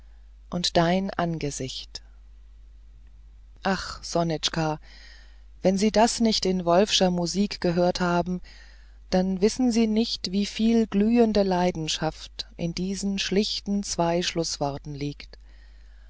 und dein angesicht ach sonitschka wenn sie das nicht in wolfscher musik gehört haben dann wissen sie nicht wieviel glühende leidenschaft in diesen schlichten zwei schlußworten liegt